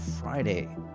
Friday